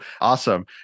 awesome